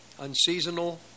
unseasonal